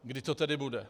Kdy to tedy bude?